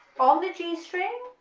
on the g string,